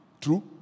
True